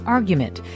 Argument